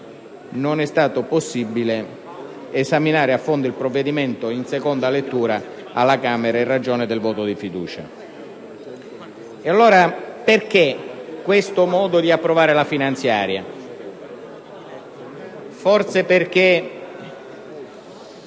non è stato possibile esaminare a fondo il provvedimento in seconda lettura alla Camera in ragione del voto di fiducia. Perché questo modo di approvare la finanziaria? Forse perché